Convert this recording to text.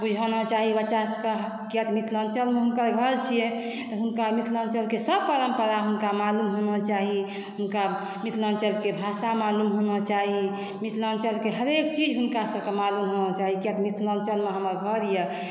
बुझाना चाही बच्चा सभके कियाकि तऽ मिथिलाञ्चलमे हुनकर घर छियै तऽ हुनका मिथिलाञ्चलके सभ परम्परा हुनका मालूम होना चाही हुनका मिथिलाञ्चलके भाषा मालुम होना चाही मिथिलाञ्चलके हरेक चीज हुनका सभक मालुम होना चाही कियाकी मिथिलाञ्चलमे हमर घर यऽ